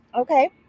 Okay